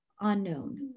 unknown